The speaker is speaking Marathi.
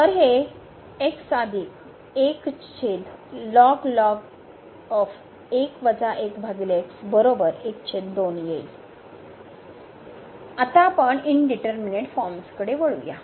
तर हे आता आपण इंडिटरमिनेट फॉर्म्स कडे वळू या